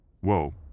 Whoa